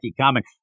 comic